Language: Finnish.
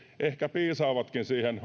ehkä piisaavatkin siihen